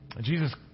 Jesus